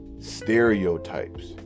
stereotypes